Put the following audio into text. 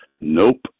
Nope